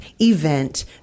event